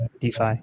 DeFi